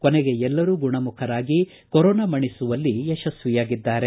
ಕೊನೆಗೆ ಎಲ್ಲರೂ ಗುಣಮುಖರಾಗಿ ಕೊರೊನಾ ಮಣಿಸುವಲ್ಲಿ ಯಶಸ್ವಿಯಾಗಿದ್ದಾರೆ